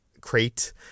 crate